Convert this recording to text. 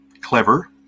clever